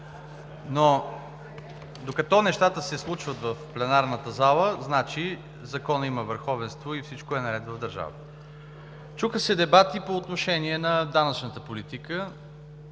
но докато нещата се случват в пленарната зала, значи законът има върховенство и всичко е наред в държавата. Чуха се дебати по отношение на данъчната политика